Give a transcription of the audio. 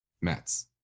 Mets